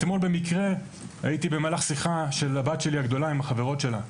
אתמול במקרה הייתי במהלך שיחה של הבת שלי הגדולה עם החברות שלה,